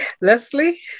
Leslie